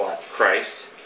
Christ